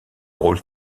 rôle